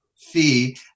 fee